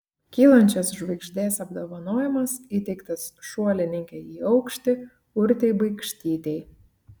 kylančios žvaigždės apdovanojimas įteiktas šuolininkei į aukštį urtei baikštytei